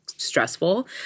stressful